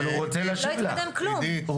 לא התקדם כלום.